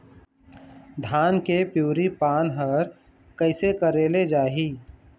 धान के पिवरी पान हर कइसे करेले जाही?